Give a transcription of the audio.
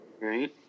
Right